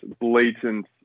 blatant